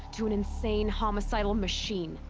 to an insane homicidal machine.